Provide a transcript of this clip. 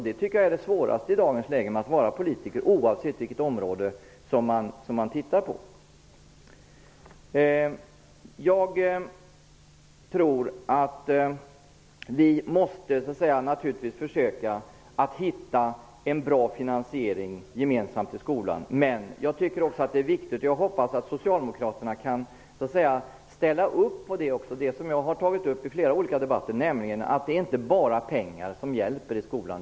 Det är det svåraste med att vara politiker i dagens läge, oavsett vilket område som man tittar på. Vi måste naturligtvis gemensamt försöka hitta en bra finansiering för skolan. Jag hoppas att Socialdemokraterna kan ställa sig bakom detta, som jag har tagit upp i flera olika debatter, nämligen att det inte hjälper med bara pengar i skolan.